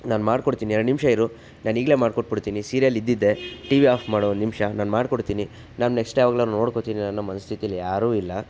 ನಾನು ಮಾಡ್ಕೊಡ್ತೀನಿ ಎರಡು ನಿಮಿಷ ಇರು ನಾನು ಈಗ್ಲೇ ಮಾಡ್ಕೊಟ್ಬಿಡ್ತೀನಿ ಸೀರಿಯಲ್ ಇದ್ದಿದ್ದೆ ಟಿ ವಿ ಆಫ್ ಮಾಡು ಒಂದು ನಿಮಿಷ ನಾನು ಮಾಡ್ಕೊಡ್ತೀನಿ ನಾನು ನೆಕ್ಸ್ಟ್ ಯಾವಾಗ್ಲಾದ್ರೂ ನೋಡ್ಕೋತೀನಿ ಅನ್ನೋ ಮನಸ್ಥಿತೀಲಿ ಯಾರು ಇರಲ್ಲ